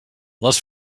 les